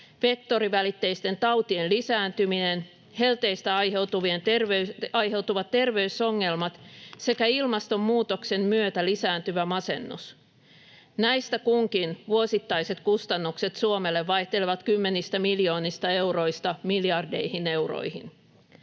vektorivälitteisten tautien lisääntyminen, helteistä aiheutuvat terveysongelmat sekä ilmastonmuutoksen myötä lisääntyvä masennus. Näistä kunkin vuosittaiset kustannukset Suomelle vaihtelevat kymmenistä miljoonista euroista miljardeihin euroihin.